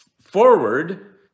forward